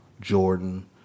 Jordan